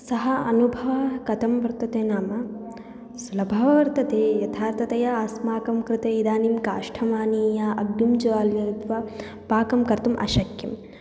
सः अनुभवः कथं वर्तते नाम सुलभः वर्तते यथार्थतया अस्माकं कृते इदानीं काष्ठमानीय अग्निं ज्वाल्ययित्वा पाकं कर्तुम् अशक्यं